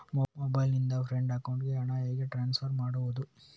Mobile ನಿಂದ friend ಅಕೌಂಟಿಗೆ ಹಣ ಹೇಗೆ ಟ್ರಾನ್ಸ್ಫರ್ ಮಾಡುವುದು?